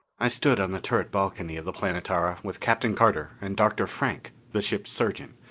i stood on the turret balcony of the planetara with captain carter and dr. frank, the ship surgeon,